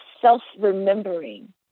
self-remembering